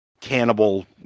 cannibal